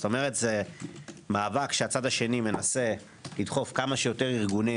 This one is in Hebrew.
כלומר זה מאבק שהצד השני מנסה לדחוף כמה שיותר ארגונים